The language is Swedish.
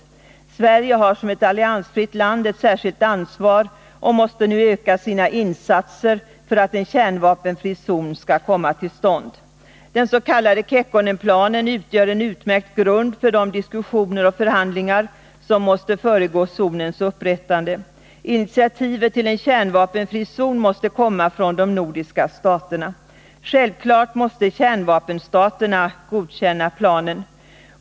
Sverige har som ett alliansfritt land ett särskilt ansvar och måste nu öka sina insatser för att en kärnvapenfri zon skall komma till stånd. Kekkonenplanen utgör en utmärkt grund för de diskussioner och förhandlingar som måste föregå zonens upprättande. Initiativet till en kärnvapenfri zon måste komma från de nordiska staterna. Självklart måste kärnvapenstaterna godkänna planen.